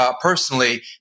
personally